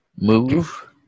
move